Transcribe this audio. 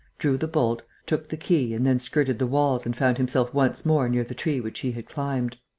drew the bolt, took the key and then skirted the walls and found himself once more near the tree which he had climbed.